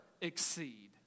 exceed